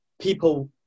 people